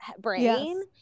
brain